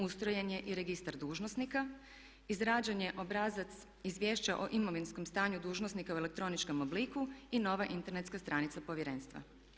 Ustrojen je i registar dužnosnika, izrađen je obrazac izvješća o imovinskom stanju dužnosnika u elektroničkom obliku i nova internetska stranica Povjerenstva.